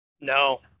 No